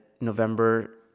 November